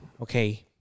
Okay